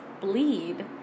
bleed